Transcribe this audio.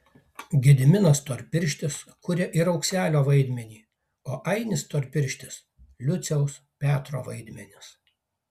gediminas storpirštis kuria ir aukselio vaidmenį o ainis storpirštis liuciaus petro vaidmenis